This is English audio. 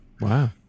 Wow